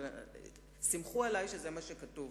אבל סמכו עלי שזה מה שכתוב,